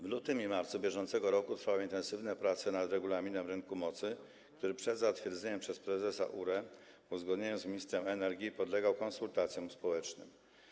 W lutym i marcu br. trwały intensywne prace nad regulaminem rynku mocy, który przed zatwierdzeniem przez prezesa URE w uzgodnieniu z ministrem energii podlegał konsultacjom społecznym.